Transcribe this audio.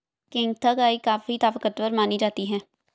केंकथा गाय काफी ताकतवर मानी जाती है